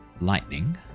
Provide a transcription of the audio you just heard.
lightning